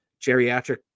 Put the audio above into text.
geriatric